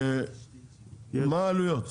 מה העלויות?